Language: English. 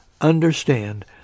understand